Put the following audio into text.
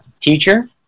teacher